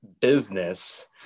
business